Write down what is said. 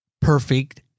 perfect